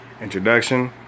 introduction